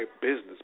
business